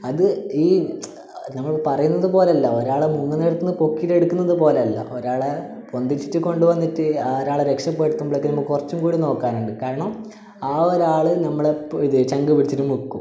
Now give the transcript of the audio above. അത് ഈ നമ്മൾ പറയുന്നത് പോലല്ല ഒരാളെ മുങ്ങുന്നടുത്തൂന്ന് പൊക്കീട്ടെടുക്കുന്നത് പോലെ അല്ല ഒരാളെ പൊന്തിച്ചിട്ട് കൊണ്ട് വന്നിട്ട് ആ ഒരാളെ രക്ഷപ്പെടുത്തുമ്പോഴേക്കും നമുക്ക് കുറച്ചൂടെ നോക്കാനുണ്ട് കാരണം ആ ഒരാൾ നമ്മളെ പേ ഇത് ചങ്ക് പിടിച്ചിട്ട് മുക്കും